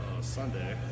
Sunday